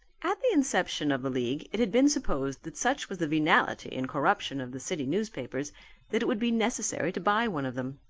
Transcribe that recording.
at the inception of the league it has been supposed that such was the venality and corruption of the city newspapers that it would be necessary to buy one of them.